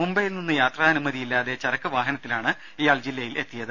മുംബൈയിൽ നിന്ന് യാത്രാ അനുമതിയില്ലാതെ ചരക്ക് വാഹനത്തിലാണ് ഇയാൾ ജില്ലയിൽ എത്തിയത്